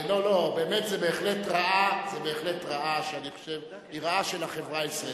אני חושב שזו בהחלט רעה של החברה הישראלית.